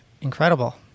incredible